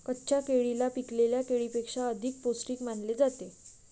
कच्च्या केळीला पिकलेल्या केळीपेक्षा अधिक पोस्टिक मानले जाते